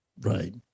Right